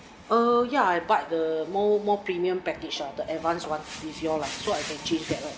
err ya I bought the more more premium package ah the advanced [one] with you lah so I can change that lor